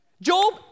Job